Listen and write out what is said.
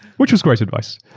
which was great advice.